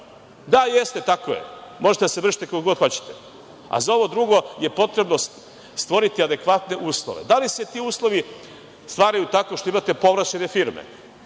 Da, jeste, tako je, možete da se mrštite koliko god hoćete, a za ovo drugo je potrebno stvoriti adekvatne uslove. Da li se ti uslovi stvaraju tako što imate povlašćene firme?